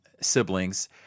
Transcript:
siblings